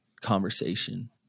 conversation